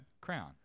Crown